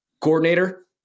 coordinator